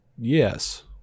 yes